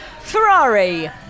Ferrari